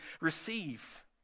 receive